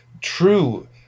true